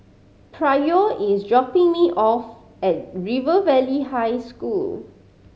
Pryor is dropping me off at River Valley High School